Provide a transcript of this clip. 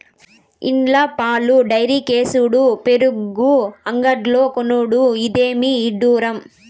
ఇండ్ల పాలు డైరీకేసుడు పెరుగు అంగడ్లో కొనుడు, ఇదేమి ఇడ్డూరం